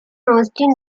hosting